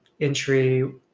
entry